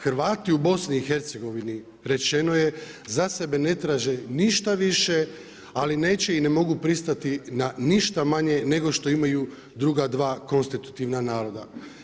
Hrvati u BIH rečeno je, za sebe ne traže ništa više, ali neće i ne mogu pristati, na ništa manje, nego što imaju druga dva konstitutivna naroda.